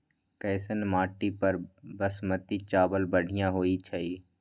कैसन माटी पर बासमती चावल बढ़िया होई छई?